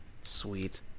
Sweet